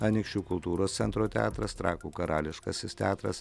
anykščių kultūros centro teatras trakų karališkasis teatras